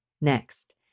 Next